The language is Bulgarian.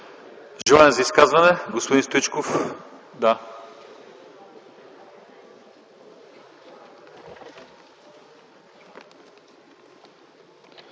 Желание за изказване? Господин Стоичков.